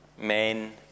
men